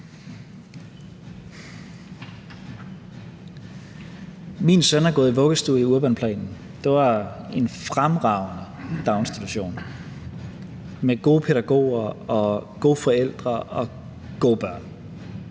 Min søn har gået i vuggestue i Urbanplanen, og det var en fremragende daginstitution med gode pædagoger og gode forældre og gode børn.